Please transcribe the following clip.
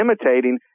imitating